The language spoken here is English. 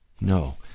No